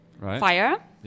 Fire